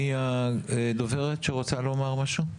מי הדוברת שרוצה לומר משהו?